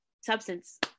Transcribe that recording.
substance